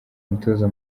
umutoza